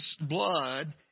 blood